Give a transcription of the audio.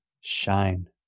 shine